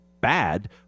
bad